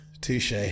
Touche